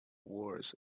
wars